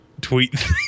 tweet